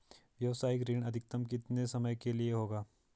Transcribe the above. व्यावसायिक ऋण अधिकतम कितने समय के लिए होगा?